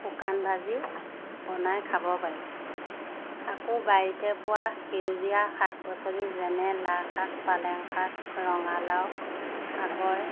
শুকান ভাজি বনাই খাব পাৰি আকৌ বাৰীতে পোৱা সেউজীয়া শাক পাচলি যেনে লাই শাক পালেং শাক ৰঙালাও আগৰ